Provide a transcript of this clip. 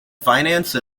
finance